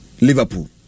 Liverpool